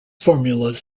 formulas